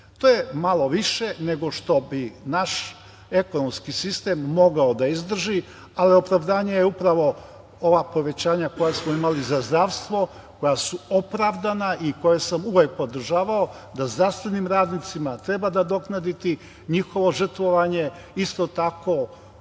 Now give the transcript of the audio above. To je malo više nego što bi naš ekonomski sistem mogao da izdrži, ali opravdanje su upravo ova povećanja koja smo imali za zdravstvo, koja su opravdana i koja sam uvek podržavao da zdravstvenim radnicima treba nadoknaditi njihovo žrtvovanje, isto tako